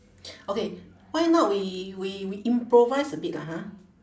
okay why not we we we improvise a bit lah ha